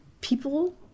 people